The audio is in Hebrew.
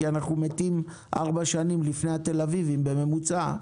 כי אנחנו מתים ארבע שנים לפני התל-אביבים בממוצע,